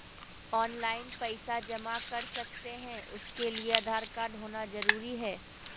Online पैसा जमा कर सकते हैं उसके लिए आधार कार्ड होना जरूरी है?